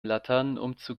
laternenumzug